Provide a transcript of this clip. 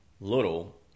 little